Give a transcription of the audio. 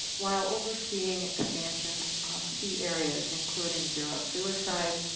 while overseeing expansion of key areas including zero suicide,